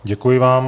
Děkuji vám.